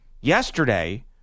yesterday